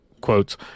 quotes